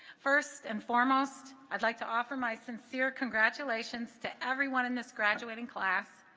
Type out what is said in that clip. first and foremost i'd like to offer my sincere congratulations to everyone in this graduating class